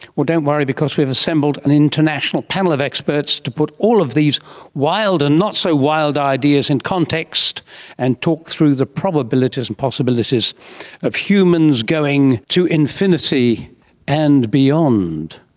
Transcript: well, don't worry because we've assembled an international panel of experts to put all of these wild and not so wild ideas in context and talk through the probabilities and possibilities of humans going to infinity and beyond.